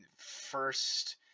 first